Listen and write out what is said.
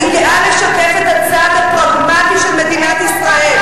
אני גאה לשקף את הצד הפרגמטי של מדינת ישראל,